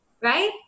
right